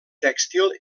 tèxtil